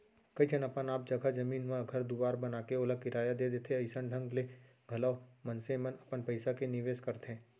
कइ झन अपन जघा जमीन म घर दुवार बनाके ओला किराया दे देथे अइसन ढंग ले घलौ मनसे मन अपन पइसा के निवेस करथे